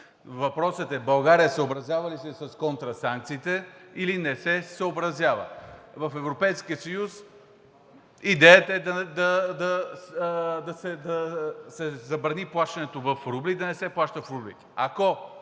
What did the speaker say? Въпросът е: България съобразява ли се с контрасанкциите, или не се съобразява? В Европейския съюз идеята е да се забрани плащането в рубли и да не се плаща в рубли.